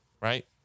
Right